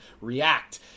react